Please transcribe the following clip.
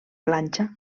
planxa